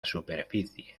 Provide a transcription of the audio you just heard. superficie